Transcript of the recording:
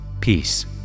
peace